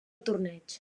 torneig